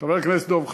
חבר הכנסת דב חנין,